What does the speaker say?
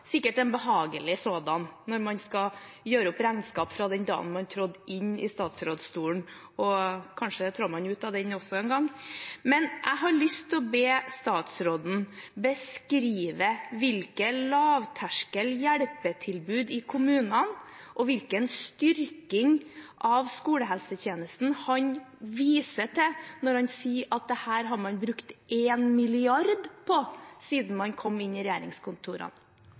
sikkert en behagelig sådan, når man skal gjøre opp regnskap fra den dagen man trådte inn i statsrådstolen – og kanskje trer man også ut av den en gang. Jeg har lyst til å be statsråden beskrive hvilke lavterskel hjelpetilbud i kommunene og hvilken styrking av skolehelsetjenesten han viser til, når han sier at dette har man brukt 1 mrd. kr på siden man kom inn i regjeringskontorene.